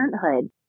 parenthood